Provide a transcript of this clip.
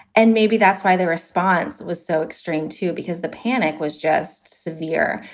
and maybe that's why the response was so extreme to because the panic was just severe.